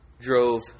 drove